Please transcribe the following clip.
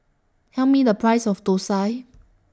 Tell Me The Price of Thosai